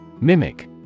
Mimic